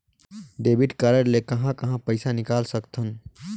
Debit card ले कहां कहां पइसा निकाल सकथन?